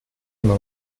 una